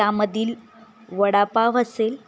त्यामधील वडापाव असेल